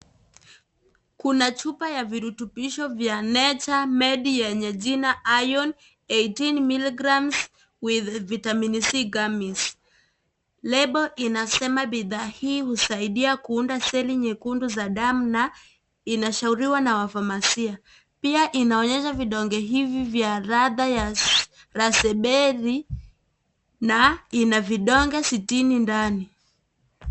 Kuna chupa ya virutubisho vya NatureMade yenye jina Iron 18mg with Vitamin C Gummies . Lebo inasema bidhaa hii husaidia kuunda seli nyekundu za damu na inashauriwa na wafamasia. Pia inaonyesha vidonge hivi vya ladha ya raspberry na ina vidonge sitini ndani.